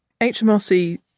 HMRC